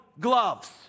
gloves